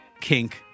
kink